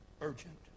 Urgent